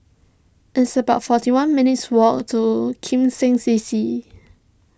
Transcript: it's about forty one minutes' walk to Kim Seng C C